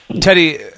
Teddy